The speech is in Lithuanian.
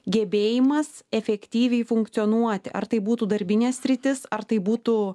gebėjimas efektyviai funkcionuoti ar tai būtų darbinė sritis ar tai būtų